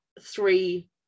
three